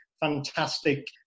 fantastic